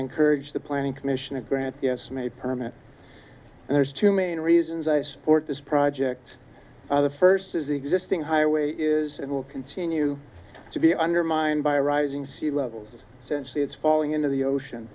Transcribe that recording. encourage the planning commission to grant yes may permit and there's two main reasons i support this project the first is the existing highway is and will continue to be undermined by rising sea levels since it's falling into the ocean